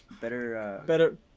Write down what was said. better